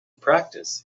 practice